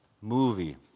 movie